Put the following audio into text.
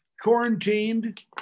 quarantined